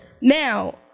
now